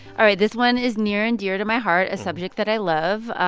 all right. this one is near and dear to my heart, a subject that i love.